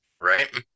right